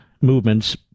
movements